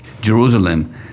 Jerusalem